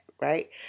Right